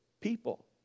people